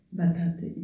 bataty